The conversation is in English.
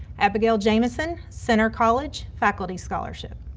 abigail jamison, centre college, faculty scholarship.